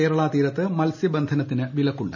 കേരളാ തീരത്ത് മത്സ്യബന്ധനത്തി്ന് വിലക്കുണ്ട്